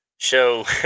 Show